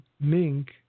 mink